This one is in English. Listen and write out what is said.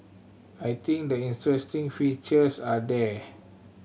I think the interesting features are there